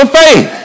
faith